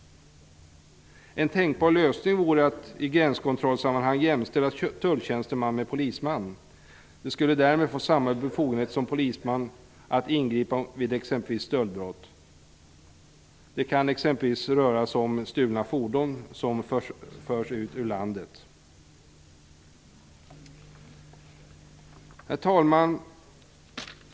En tänkbar lösning vore att när det gäller gränskontroller jämställa tulltjänsteman med polisman. Tulltjänstemännen skulle då få samma befogenheter som polismän att ingripa vid exempelvis stöldbrott. Det kan t.ex. röra sig om stulna fordon som förs ut ur landet. Herr talman!